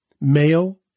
male